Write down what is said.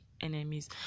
enemies